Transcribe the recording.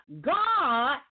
God